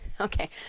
okay